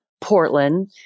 Portland